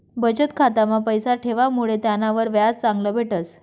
बचत खाता मा पैसा ठेवामुडे त्यानावर व्याज चांगलं भेटस